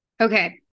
Okay